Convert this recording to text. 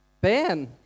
Ben